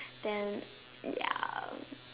then ya